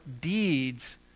deeds